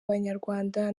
abanyarwanda